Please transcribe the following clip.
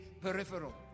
peripheral